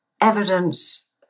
evidence